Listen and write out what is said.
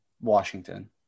Washington